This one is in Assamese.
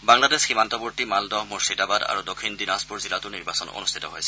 বাংলাদেশ সীমান্তৱৰ্তী মালদহ মুৰ্ছিদাবাদ আৰু দক্ষিণ দিনাজপুৰ জিলাতো নিৰ্বাচন অনুষ্ঠিত হৈছে